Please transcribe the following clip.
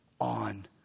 on